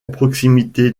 proximité